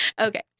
Okay